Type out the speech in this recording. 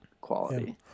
quality